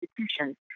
institutions